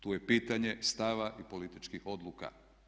Tu je pitanje stava i političkih odluka.